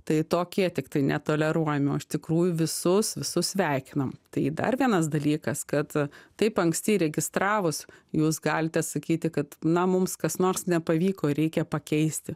tai tokie tiktai netoleruojami o iš tikrųjų visus visus sveikinam tai dar vienas dalykas kad a taip anksti įregistravus jūs galite sakyti kad na mums kas nors nepavyko reikia pakeisti